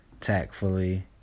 Tactfully